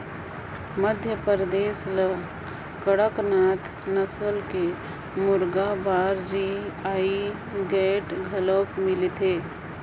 मध्यपरदेस ल कड़कनाथ नसल के मुरगा बर जी.आई टैग घलोक मिलिसे